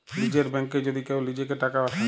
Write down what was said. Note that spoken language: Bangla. লীযের ব্যাংকে যদি কেউ লিজেঁকে টাকা পাঠায়